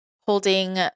holding